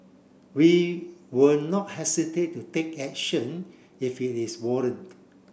we will not hesitate to take action if it is warrant